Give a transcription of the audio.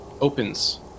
opens